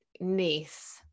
niece